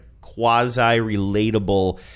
quasi-relatable